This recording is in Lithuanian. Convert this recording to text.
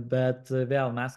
bet vėl mes